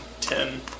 ten